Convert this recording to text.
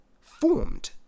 formed